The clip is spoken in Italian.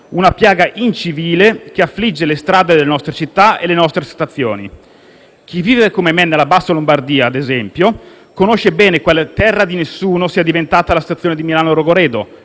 una piaga incivile che affligge le strade delle nostre città e le nostre stazioni. Chi vive, come me, nella bassa Lombardia, ad esempio, conosce bene quale terra di nessuno sia diventata la stazione di Milano Rogoredo,